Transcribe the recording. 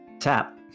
Tap